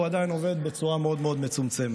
והוא עדיין עובד בצורה מאוד מאוד מצומצמת.